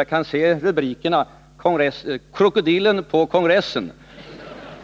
Jag kan se tidningsrubrikerna: ”Krokodilen på kongressen.”